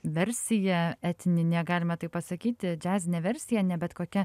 versija etininė galima taip pasakyti džiazinė versija ne bet kokia